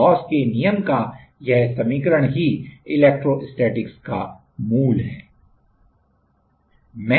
Gauss के नियम का यह समीकरण ही इलेक्ट्रोस्टैटिक्स का मूल है